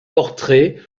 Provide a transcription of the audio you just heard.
portraits